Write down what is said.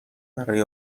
برای